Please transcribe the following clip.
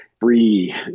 free